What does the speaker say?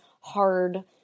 hard